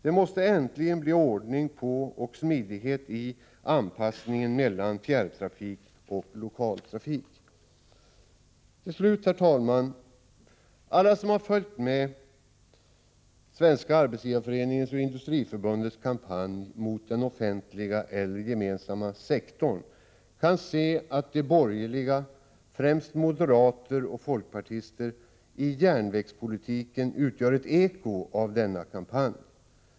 Det måste äntligen bli ordning på och smidighet i anpassningen mellan fjärrtrafik och lokaltrafik. Till slut, herr talman! Alla som har följt med Svenska arbetsgivareför eningens och Industriförbundets kampanj mot den offentliga eller gemensamma sektorn kan se att de borgerliga — främst moderater och folkpartister — i järnvägspolitiken utgör ett eko av denna kampanj.